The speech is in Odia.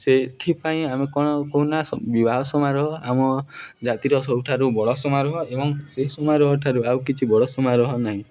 ସେଥିପାଇଁ ଆମେ କ'ଣ କହୁନା ବିବାହ ସମାରୋହ ଆମ ଜାତିର ସବୁଠାରୁ ବଡ଼ ସମାରୋହ ଏବଂ ସେହି ସମାରୋହଠାରୁ ଆଉ କିଛି ବଡ଼ ସମାରୋହ ନାହିଁ